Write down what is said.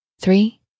three